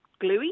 gluey